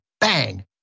bang